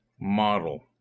model